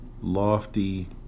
lofty